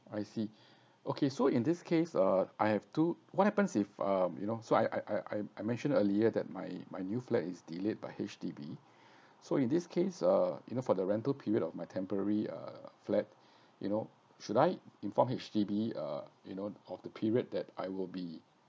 I see okay so in this case uh I have two what happens if uh you know so I I I I mentioned earlier that my my new flat is delayed by H_D_B so in this case uh you know for the rental period of my temporary uh flat you know should I inform H_D_B uh you know of the period that I will be